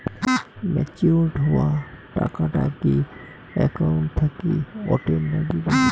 Matured হওয়া টাকাটা কি একাউন্ট থাকি অটের নাগিবে?